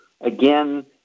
again